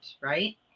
right